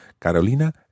Carolina